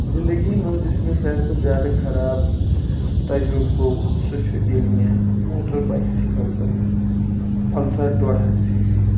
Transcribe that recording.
زنٛدگی منٛز یُس مےٚ سارِوٕے کھۄتہٕ زیٛادٕ خراب تجربہٕ گوٚو سُہ چھ ییٚلہِ مےٚ موٹر بایسیکل أنۍ پلسر ڈۄڈ ہَتھ سی سی